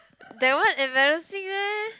that one embarrassing meh